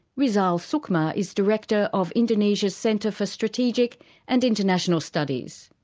rizal sukma is director of indonesia's centre for strategic and international studies.